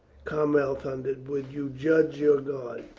cromwell thundered. would you judge your god?